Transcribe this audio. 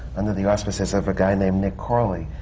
under the auspices of a guy named nick corley.